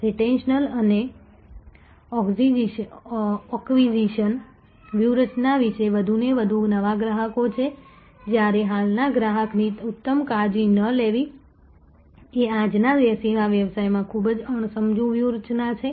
retention અને acquisition વ્યૂહરચના વિના વધુને વધુ નવા ગ્રાહકો છે જ્યારે હાલના ગ્રાહકની ઉત્તમ કાળજી ન લેવી એ આજના સેવા વ્યવસાયમાં ખૂબ જ અણસમજુ વ્યૂહરચના છે